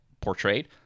portrayed